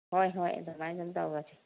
ꯍꯣꯏ ꯍꯣꯏ ꯑꯗꯨꯃꯥꯏꯅ ꯑꯗꯨꯝ ꯇꯧꯔꯁꯤ